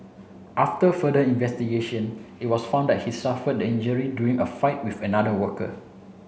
after further investigation it was found that he suffered the injury during a fight with another worker